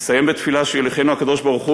אסיים בתפילה: שיוליכנו הקדוש-ברוך-הוא